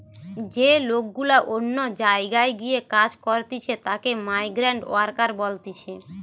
যে লোক গুলা অন্য জায়গায় গিয়ে কাজ করতিছে তাকে মাইগ্রান্ট ওয়ার্কার বলতিছে